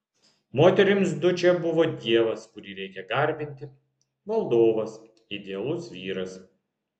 moterims dučė buvo dievas kurį reikia garbinti valdovas idealus vyras